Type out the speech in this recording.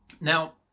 Now